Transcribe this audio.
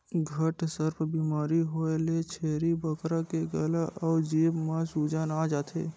घटसर्प बेमारी होए ले छेरी बोकरा के गला अउ जीभ म सूजन आ जाथे